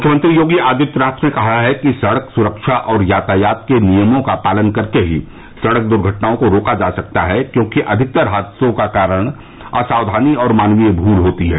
मुख्यमंत्री योगी आदित्यनाथ ने कहा कि सड़क सुरक्षा और यातायात के नियमों का पालन करके ही सड़क द्र्घटनाओं को रोका जा सकता है क्योंकि अधिकतर हादसों का कारण असावधानी और मानवीय भूल होती है